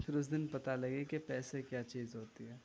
پھر اس دن پتہ لگا کہ پیسے کیا چیز ہوتی ہے